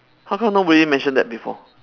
how come nobody mention that before